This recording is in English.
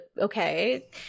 Okay